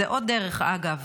זו עוד דרך אגב